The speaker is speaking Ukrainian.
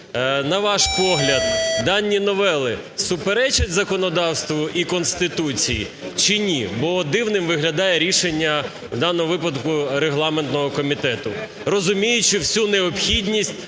На ваш погляд, дані новели суперечать законодавству і Конституції чи ні? Бо дивним виглядає рішення, в даному випадку регламентного комітету, розуміючи всю необхідність